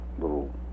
little